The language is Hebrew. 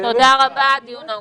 תודה רבה, הדיון נעול.